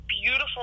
beautiful